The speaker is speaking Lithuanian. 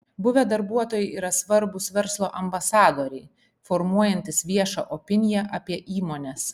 buvę darbuotojai yra svarbūs verslo ambasadoriai formuojantys viešą opiniją apie įmones